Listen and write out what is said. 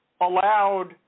allowed